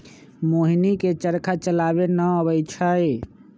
मोहिनी के चरखा चलावे न अबई छई